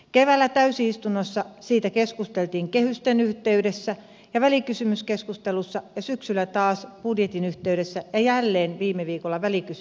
keväällä täysistunnossa siitä keskusteltiin kehysten yhteydessä ja välikysymyskeskustelussa ja syksyllä taas budjetin yhteydessä ja jälleen viime viikolla välikysymysmuodossa